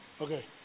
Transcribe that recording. Okay